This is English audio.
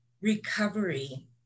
recovery